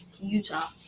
Utah